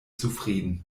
zufrieden